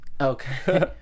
Okay